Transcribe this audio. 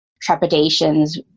trepidations